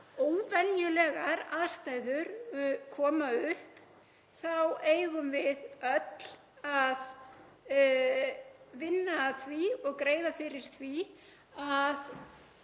óvenjulegar aðstæður koma upp þá eigum við öll að vinna að því og greiða fyrir því að